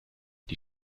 die